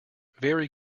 very